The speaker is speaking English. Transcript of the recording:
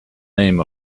name